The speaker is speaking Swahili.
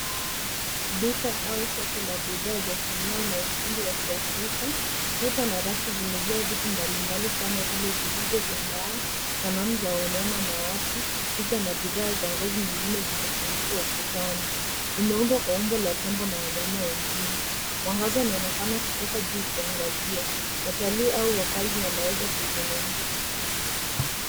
Duka au soko la bidhaa za sanaa na ufundi wa kiafrika. Kuta na rafu zimejaa vitu mbalimbali kama vile vinyago vya mbao, sanamu za wanyama na watu, picha na bidhaa za ngozi zingine zimetundikwa ukutani. Imeumbwa kwa umbo la tembo na wanyama wengine. Mwangaza inaonekana kutoka juu ukiangazia. Watalii au wakazi wanaweza kuzinunua.